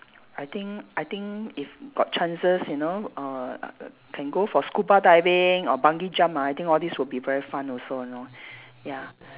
I think I think if got chances you know uh uh can go for scuba diving or bungee jump ah I think all these will be very fun also you know ya